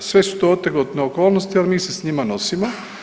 Sve su to otegotne okolnosti, ali se s njima nosimo.